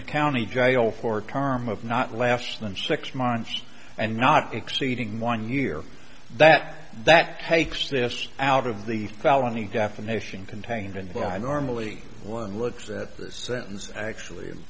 the county jail for term of not laughs than six months and not exceeding one year that that takes this out of the felony definition contained in what i normally one looks at the sentence actually